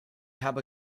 habe